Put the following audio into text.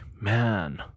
man